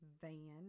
van